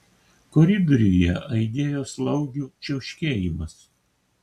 koridoriuje aidėjo slaugių čiauškėjimas